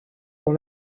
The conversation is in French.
dans